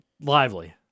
Lively